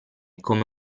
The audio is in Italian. come